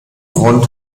grund